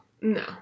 No